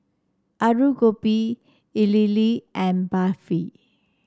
Alu Gobi Idili and Barfi